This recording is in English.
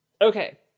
okay